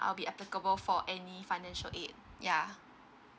I'll be applicable for any financial aid ya